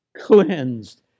cleansed